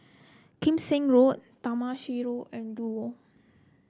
Kim Seng Road Taman Sireh Road and Duo